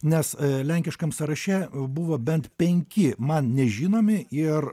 nes lenkiškam sąraše buvo bent penki man nežinomi ir